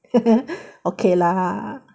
okay lah ha